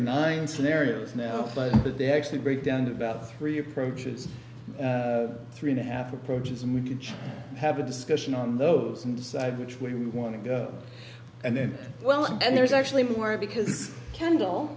nine scenarios now but they actually break down to about three approaches three and a half approaches and we can have a discussion on those and decide which way we want to go and then well and there's actually more because kendal